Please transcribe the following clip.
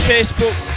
Facebook